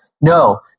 No